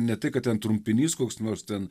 ne tai kad ten trumpinys koks nors ten